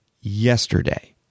yesterday